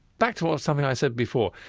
back towards something i said before,